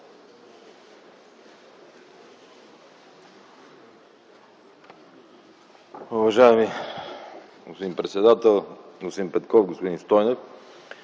Уважаеми господин председател! Господин Петков, господин Стойнев,